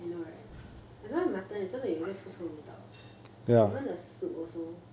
I know right I don't like mutton 有一种臭臭的味道 even the soup also